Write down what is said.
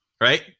right